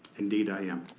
indeed i am.